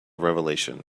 revelation